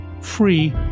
free